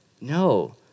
No